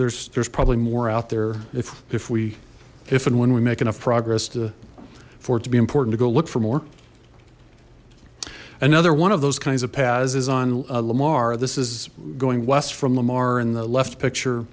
there's there's probably more out there if if we if and when we make enough progress for it to be important to go look for more another one of those kinds of pads is on lamar this is going west from lamar in the left picture